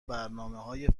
برنامههای